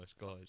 guys